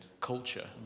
culture